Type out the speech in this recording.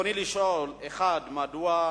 תודה.